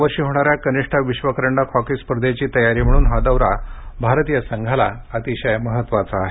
यावर्षी होणाऱ्या कनिष्ठ विश्व करंडक हॉकी स्पर्धेची तयारी म्हणून हा दौरा भारतीय संघाला अतिशय महत्वाचा आहे